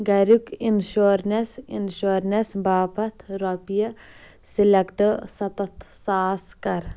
گَرُک insurance insurance باپتھ کَر رۄپیہِ سِلیکٹ ستتھ ساس کر